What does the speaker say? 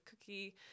cookie